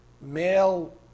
male